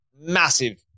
massive